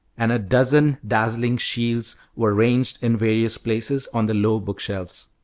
and a dozen dazzling shields were ranged in various places on the low bookshelves.